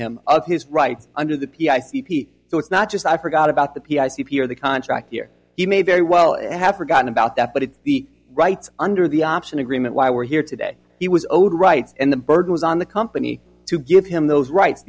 him of his rights under the p i c p so it's not just i forgot about the p c p or the contract here he may very well have forgotten about that but it's the rights under the option agreement why we're here today he was owed rights and the burden was on the company to give him those rights